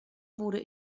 wurde